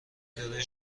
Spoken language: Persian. دوره